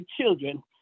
children